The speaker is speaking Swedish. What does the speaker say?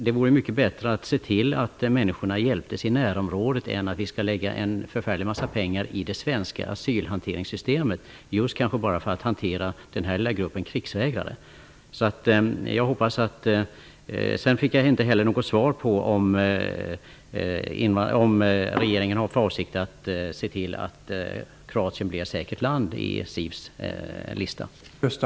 Det vore mycket bättre att se till att människorna hjälptes i närområdet än att lägga ner en förfärlig massa pengar i det svenska asylhanteringssystemet, just kanske för att hantera bara denna lilla grupp krigsvägrare. Jag fick inte heller veta om regeringen har för avsikt att se till att Kroatien blir ett säkert land i SIV:s lista.